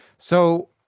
so,